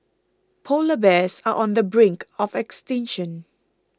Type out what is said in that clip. Polar Bears are on the brink of extinction